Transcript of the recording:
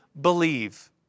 believe